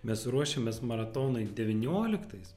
mes ruošiamės maratonui devynioliktais